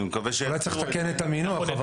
אז אולי צריך לתקן את המינוח.